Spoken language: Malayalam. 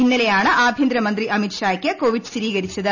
ഇന്നലെയാണ് ആഭ്യന്തരമന്ത്രി അമിത് ഷായ്ക്ക് കോവിഡ് സ്ഥിരീകരിച്ചത്